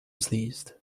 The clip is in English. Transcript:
sneezed